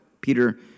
Peter